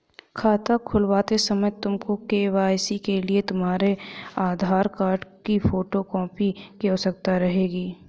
खाता खुलवाते समय तुमको के.वाई.सी के लिए तुम्हारे आधार कार्ड की फोटो कॉपी की आवश्यकता रहेगी